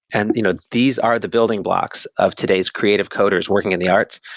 and you know these are the building blocks of today's creative coders working in the arts.